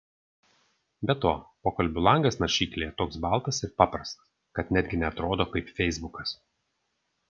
be to pokalbių langas naršyklėje toks baltas ir paprastas kad netgi neatrodo kaip feisbukas